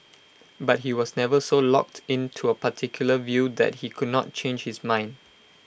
but he was never so locked in to A particular view that he could not change his mind